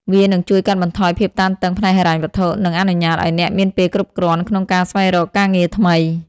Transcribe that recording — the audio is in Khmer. វានឹងជួយកាត់បន្ថយភាពតានតឹងផ្នែកហិរញ្ញវត្ថុ និងអនុញ្ញាតឲ្យអ្នកមានពេលគ្រប់គ្រាន់ក្នុងការស្វែងរកការងារថ្មី។